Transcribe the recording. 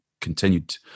continued